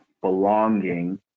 belonging